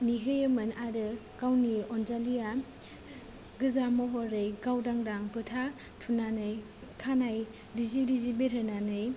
नेहैयोमोन आरो गावनि अनजालिया गोजा महरै गावदांदां फोथा थुनानै खानाय रिजि रिजि बिरहोनानै